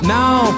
now